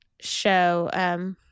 show